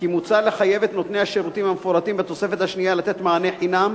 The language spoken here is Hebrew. מוצע לחייב את נותני השירותים המפורטים בתוספת השנייה לתת מענה חינם